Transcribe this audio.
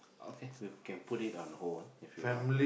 okay we can put it on hold if you want